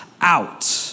out